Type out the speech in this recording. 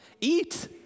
Eat